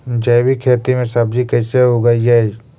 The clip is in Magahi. जैविक खेती में सब्जी कैसे उगइअई?